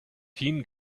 teen